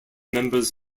members